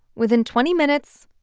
within twenty minutes,